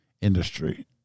industry